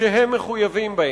שהם מחויבים בהם.